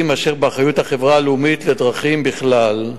אשר באחריות החברה הלאומית לדרכים בכלל,